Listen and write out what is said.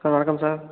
sir வணக்கம் sir